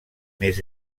més